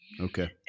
Okay